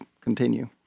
continue